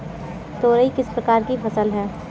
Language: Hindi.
तोरई किस प्रकार की फसल है?